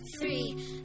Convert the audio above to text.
three